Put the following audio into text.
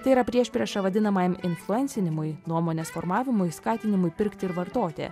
tai yra priešprieša vadinamajam influencinimui nuomonės formavimui skatinimui pirkti ir vartoti